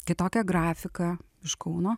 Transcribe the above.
kitokia grafika iš kauno